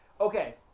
Okay